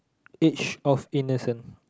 each of innocence